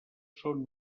són